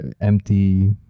empty